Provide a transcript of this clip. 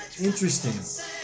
Interesting